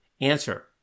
Answer